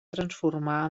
transformar